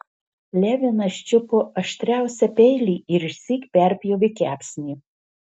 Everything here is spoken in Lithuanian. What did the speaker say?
levinas čiupo aštriausią peilį ir išsyk perpjovė kepsnį